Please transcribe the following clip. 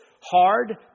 hard